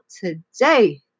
today